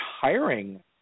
hiring